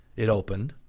it opened,